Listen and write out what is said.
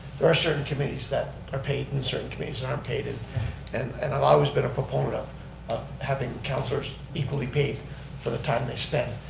there are certain committees that are paid and certain committees and aren't paid. and and and i've always been a proponent of having councilors equally paid for the time they spend.